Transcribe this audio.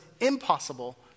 impossible